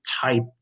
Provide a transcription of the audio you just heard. type